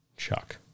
Chuck